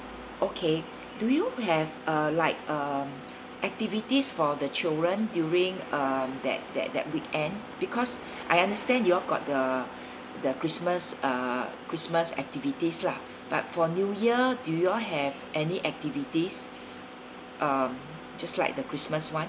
okay you have uh like um activities for the children during uh that that that weekend because I understand you all got the the christmas uh christmas activities lah but for new year do you all have any activities um just like the christmas one